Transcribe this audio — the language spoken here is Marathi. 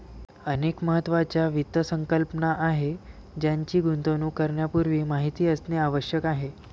अनेक महत्त्वाच्या वित्त संकल्पना आहेत ज्यांची गुंतवणूक करण्यापूर्वी माहिती असणे आवश्यक आहे